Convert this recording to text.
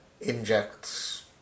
injects